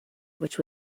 which